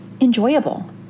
enjoyable